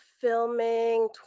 filming